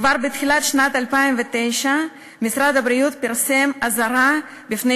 כבר בתחילת שנת 2009 משרד הבריאות פרסם אזהרה מפני